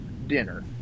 Dinner